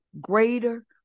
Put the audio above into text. greater